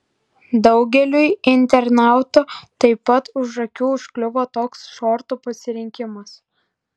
daugeliui internautų taip pat už akių užkliuvo toks šortų pasirinkimas